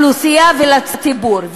לאוכלוסייה ולציבור.